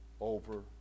over